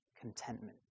contentment